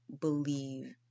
believe